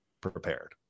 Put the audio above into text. prepared